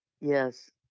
Yes